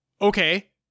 Okay